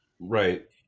right